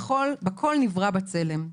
בכל נברא בצלם.